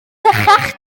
sychach